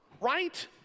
right